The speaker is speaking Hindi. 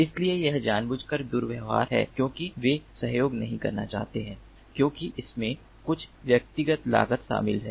इसलिए यह जानबूझकर दुर्व्यवहार है क्योंकि वे सहयोग नहीं करना चाहते हैं क्योंकि इसमें कुछ व्यक्तिगत लागत शामिल है